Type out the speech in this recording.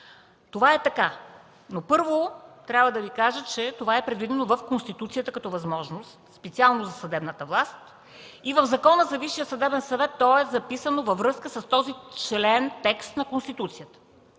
Това е така. Първо, трябва да Ви кажа, че това е предвидено в Конституцията като възможност, специално за съдебната власт. В Закона за Висшия съдебен съвет то е записано във връзка с този текст на Конституцията.